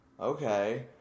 okay